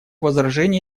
возражений